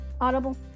audible